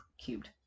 Cubed